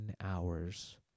hours